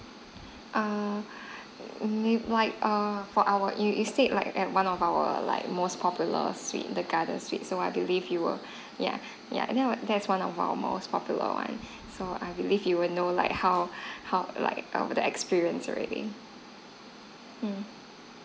err you mean like err for our you you said it's like at one of our like most popular suite the garden suite so I believe you will yeah yeah and then that's one of our most popular one so I believe you will know like how how like the experience already mm